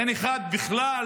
אין אחד בכלל,